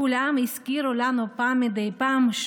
כולם הזכירו לנו מדי פעם,